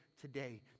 today